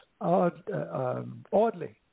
oddly